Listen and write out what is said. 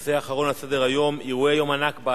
הנושא האחרון על סדר-היום הוא הצעות